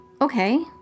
okay